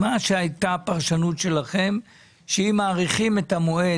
הפרשנות שלכם הייתה שאם מאריכים את המועד